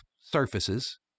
surfaces